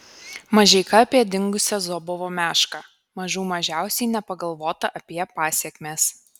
mažeika apie dingusią zobovo mešką mažų mažiausiai nepagalvota apie pasekmes